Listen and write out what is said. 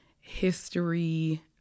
history